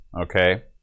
okay